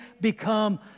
become